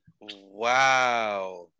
Wow